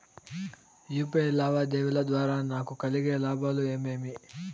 UPI లావాదేవీల ద్వారా నాకు కలిగే లాభాలు ఏమేమీ?